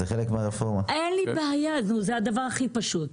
אין בעיה, זה הדבר הכי פשוט.